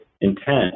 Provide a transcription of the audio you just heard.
intent